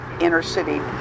inner-city